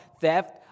theft